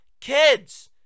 kids